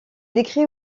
décrit